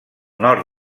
nord